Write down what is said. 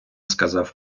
сказав